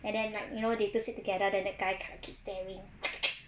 and then like you know they two sit together than the guy keep staring